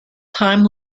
time